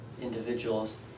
individuals